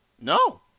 No